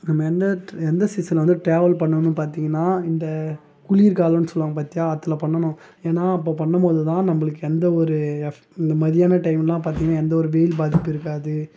நம்ம எந்த எந்த சீசனில் வந்து ட்ராவல் பண்ணணும் பார்த்தீங்கன்னா இந்த குளிர்கலாம்னு சொல்லுவாங்க பார்த்தீயா அதில் பண்ணணும் ஏன்னால் அப்போ பண்ண போதுதான் நம்மளுக்கு எந்த ஒரு எஃப் இந்த மத்தியான டைமெல்லாம் பார்த்தீங்கன்னா எந்த ஒரு வெயில் பாதிப்பு இருக்காது